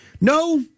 No